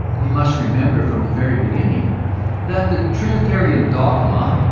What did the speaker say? we must remember from the very beginning that the trinitarian dogma,